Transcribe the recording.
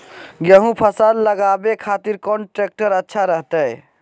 गेहूं के फसल लगावे खातिर कौन ट्रेक्टर अच्छा रहतय?